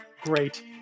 great